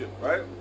Right